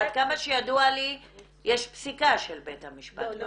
עד כמה שידוע לי יש פסיקה של בית המשפט.